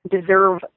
deserve